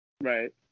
Right